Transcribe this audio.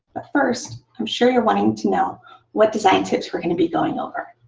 but first, i'm sure you're wanting to know what design tips we're going to be going over.